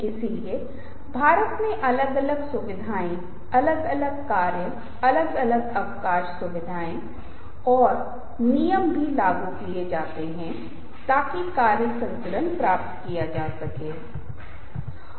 इसलिए आप देखते हैं कि हमें समझाने के अलावा अन्य कितने घटक हैं प्रोभोधकता वाणी और वे सभी चीजें भी हम कैसे राजी हो जाती हैं में महत्वपूर्ण भूमिका निभाती हैं